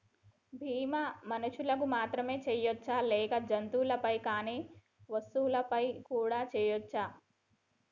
బీమా మనుషులకు మాత్రమే చెయ్యవచ్చా లేక జంతువులపై కానీ వస్తువులపై కూడా చేయ వచ్చా?